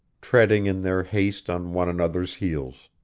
treading in their haste on one another's heels.